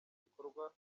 bikorwa